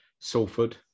Salford